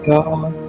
God